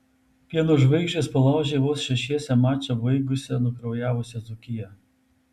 pieno žvaigždės palaužė vos šešiese mačą baigusią nukraujavusią dzūkiją